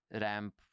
ramp